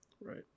Right